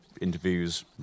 interviews